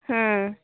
ᱦᱩᱸᱻ